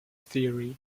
theory